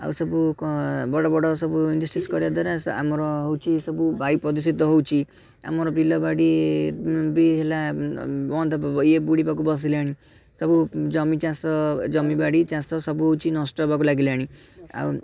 ଆଉ ସବୁ ବଡ଼ ବଡ଼ ସବୁ ଇଣ୍ଡଷ୍ଟ୍ରିସ କରିବା ଦ୍ୱାରା ଆମର ହେଉଛି ସବୁ ବାୟୁ ପ୍ରଦୂଷିତ ହେଉଛି ଆମର ବିଲ ବାଡ଼ି ବି ହେଲା ବନ୍ଦ ହେବ ଇଏ ବୁଡ଼ିବାକୁ ବସିଲାଣି ସବୁ ଜମି ଚାଷ ଜମିବାଡ଼ି ଚାଷ ସବୁ ହେଉଛି ନଷ୍ଟ ହେବାକୁ ଲାଗିଲାଣି ଆଉ